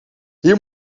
hier